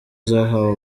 zahawe